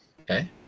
okay